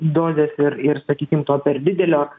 dozės ir ir sakykim to per didelio